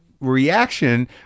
Reaction